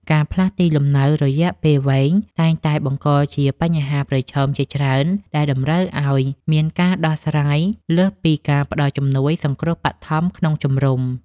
ការផ្លាស់ទីលំនៅរយៈពេលវែងតែងតែបង្កជាបញ្ហាប្រឈមជាច្រើនដែលតម្រូវឱ្យមានការដោះស្រាយលើសពីការផ្តល់ជំនួយសង្គ្រោះបឋមក្នុងជំរំ។